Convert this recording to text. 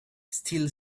still